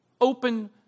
Open